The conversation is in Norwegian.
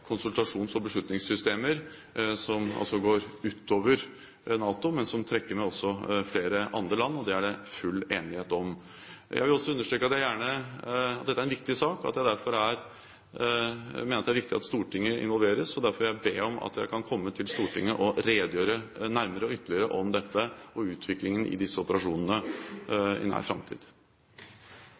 konsultasjons- og beslutningssystemer som går utover NATO, men som også trekker med flere andre land. Det er det full enighet om. Jeg vil også understreke at dette er en viktig sak, og jeg mener det er viktig at Stortinget involveres. Derfor vil jeg be om at jeg kan få komme til Stortinget og redegjøre nærmere og ytterligere om dette og utviklingen i disse operasjonene i nær framtid.